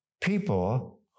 people